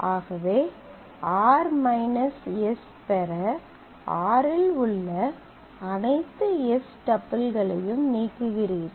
ஆகவே r s பெற r இல் உள்ள அனைத்து s டப்பிள்களையும் நீக்குகிறீர்கள்